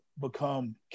become